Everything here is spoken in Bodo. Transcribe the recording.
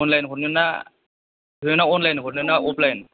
अनलाइन हरनोना अनलाइन हरनोना अफलाइन